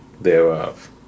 thereof